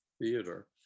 Theater